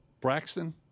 Braxton